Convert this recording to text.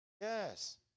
Yes